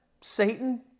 Satan